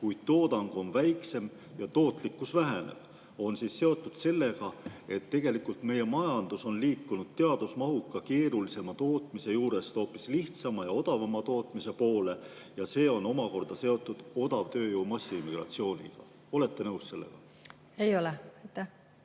kuid toodang on väiksem ja tootlikkus väheneb – on seotud sellega, et meie majandus on liikunud teadusmahuka keerulisema tootmise juurest hoopis lihtsama ja odavama tootmise poole ja see on omakorda seotud odavtööjõu massimigratsiooniga? Olete nõus sellega? Aitäh,